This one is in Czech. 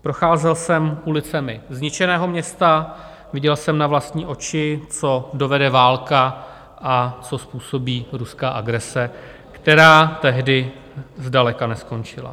Procházel jsem ulicemi zničeného města, viděl jsem na vlastní oči, co dovede válka a co způsobí ruská agrese, která tehdy zdaleka neskončila.